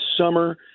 summer